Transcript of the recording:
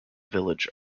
village